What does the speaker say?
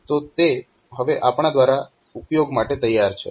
તો તે હવે આપણા દ્વારા ઉપયોગ માટે તૈયાર છે